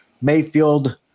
Mayfield